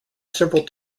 several